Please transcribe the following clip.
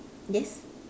yes